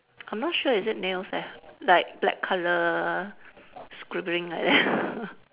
I'm not sure is it nails leh like black colour scribbling like that